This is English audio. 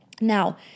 Now